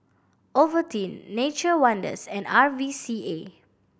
Ovaltine Nature Wonders and R V C A